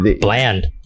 Bland